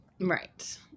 Right